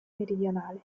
meridionale